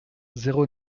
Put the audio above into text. zéro